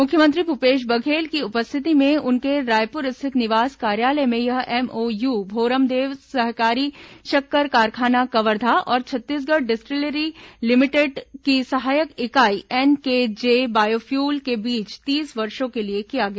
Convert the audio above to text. मुख्यमंत्री भूपेश बघेल की उपस्थिति में उनके रायपुर स्थित निवास कार्यालय में यह एमओयू भोरमदेव सहकारी शक्कर कारखाना कवर्धा और छत्तीसगढ़ डिस्टीलरी लिमिटेड की सहायक इकाई एनकेजे बायोफ्यूल के बीच तीस वर्षों के लिए किया गया